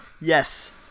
Yes